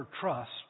trust